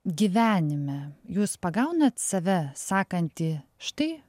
gyvenime jūs pagaunat save sakantį štai